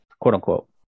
quote-unquote